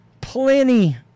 plenty